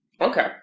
Okay